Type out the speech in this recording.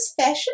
fashion